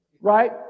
Right